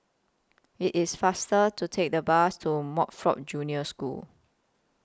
IT IS faster to Take The Bus to Montfort Junior School